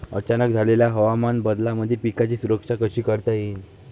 अचानक झालेल्या हवामान बदलामंदी पिकाची सुरक्षा कशी करता येईन?